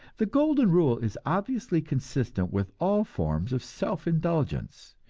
the golden rule is obviously consistent with all forms of self-indulgence,